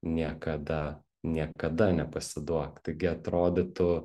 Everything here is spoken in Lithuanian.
niekada niekada nepasiduok taigi atrodytų